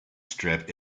strip